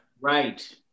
Right